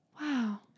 Wow